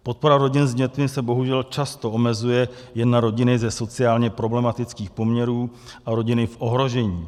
Podpora rodin s dětmi se bohužel často omezuje jen na rodiny ze sociálně problematických poměrů a rodiny v ohrožení.